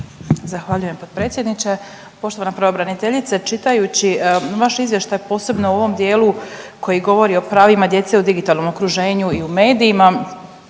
Zahvaljujem potpredsjedniče. Poštovana pravobraniteljice, čitajući vaš izvještaj posebno u ovom dijelu koji govori o pravima djece u digitalnom okruženju i u medijima